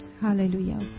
Hallelujah